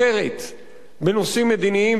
בנושאים מדיניים וביטחוניים,